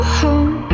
home